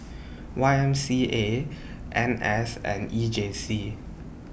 Y M C A N S and E J C